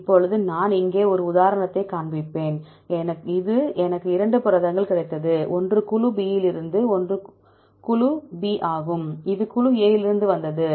இப்போது நான் இங்கே ஒரு உதாரணத்தைக் காண்பிப்பேன் இது எனக்கு 2 புரதங்கள் கிடைத்தது ஒன்று குழு B இலிருந்து இது குழு B ஆகும் இது குழு A இலிருந்து வந்தது